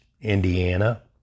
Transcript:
Indiana